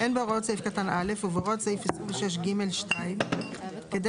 אין בהוראות סעיף קטן (א) ובהוראות סעיף 26ג(2) כדי